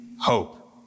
hope